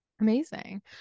Amazing